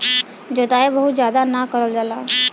जोताई बहुत जादा ना करल जाला